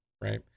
right